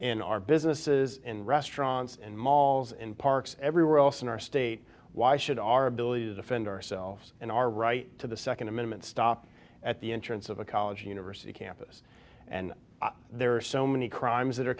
in our businesses in restaurants and malls in parks everywhere else in our state why should our ability to defend ourselves and our right to the second amendment stop at the entrance of a college university campus and there are so many crimes that are